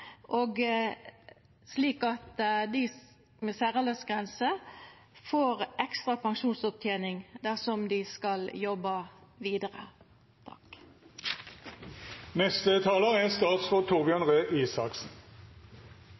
slik at dei med særaldersgrense får ekstra pensjonsopptening dersom dei skal jobba vidare.